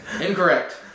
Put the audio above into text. Incorrect